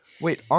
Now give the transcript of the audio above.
Wait